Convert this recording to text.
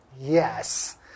Yes